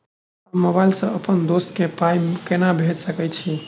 हम मोबाइल सअ अप्पन दोस्त केँ पाई केना भेजि सकैत छी?